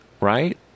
right